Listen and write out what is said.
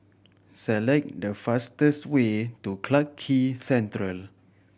select the fastest way to Clarke Quay Central